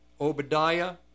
Obadiah